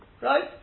Right